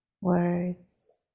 words